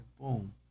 boom